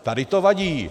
Tady to vadí.